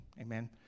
Amen